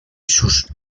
sus